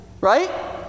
right